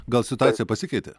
gal situacija pasikeitė